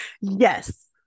Yes